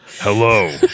hello